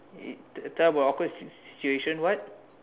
it tell about awkward situation what